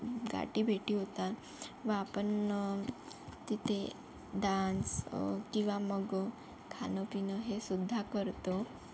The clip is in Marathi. गाठीभेटी होतात व आपण तिथे डान्स किंवा मग खाणंपिणं हेसुद्धा करतो